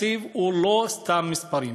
התקציב הוא לא סתם מספרים,